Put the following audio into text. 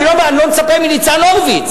אני לא מצפה מניצן הורוביץ,